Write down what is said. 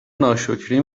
ناشکری